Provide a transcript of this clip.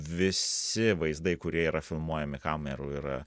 visi vaizdai kurie yra filmuojami kamerų yra